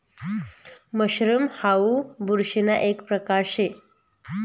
mushroom हाऊ बुरशीना एक परकार शे